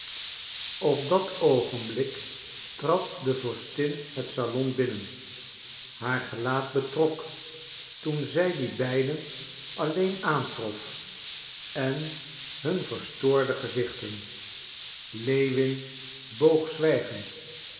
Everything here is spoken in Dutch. op dat oogenblik trad de vorstin het salon binnen haar gelaat betrok toen zij die beiden alleen aantrof en hun verstoorde gezichten lewin boog zwijgend